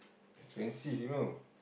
expensive you know